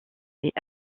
est